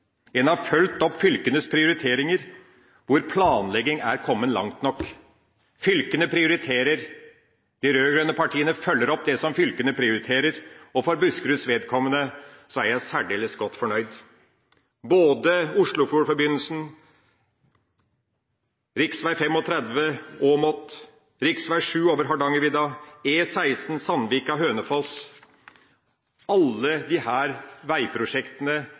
En har fulgt opp fylkenes prioriteringer der hvor planlegging er kommet langt nok. Fylkene prioriterer, de rød-grønne partiene følger opp det som fylkene prioriterer. For Buskeruds vedkommende er jeg særdeles godt fornøyd. Oslofjordforbindelsen, rv. 35 Åmot, rv. 7 over Hardangervidda og E16 Sandvika–Hønefoss – alle disse veiprosjektene